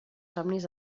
somnis